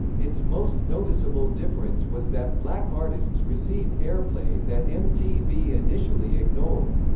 its most noticeable difference was that black artists received airplay that mtv initially ignored.